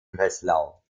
breslau